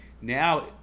now